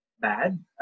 Bad